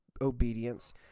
obedience